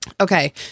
Okay